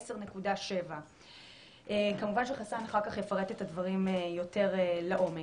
10.7. כמובן שחסאן אחר כך יפרט את הדברים יותר לעומק.